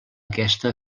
aquesta